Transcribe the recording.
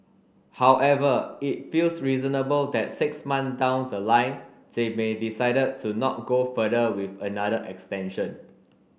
however it feels reasonable that six month down the line they may decided to not go further with another extension